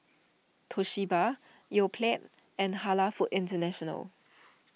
Toshiba Yoplait and Halal Foods International